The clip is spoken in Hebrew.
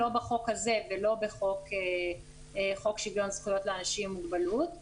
לא בחוק הזה ולא בחוק שוויון זכויות לאנשים עם מוגבלות,